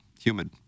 Humid